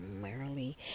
primarily